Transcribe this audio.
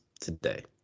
today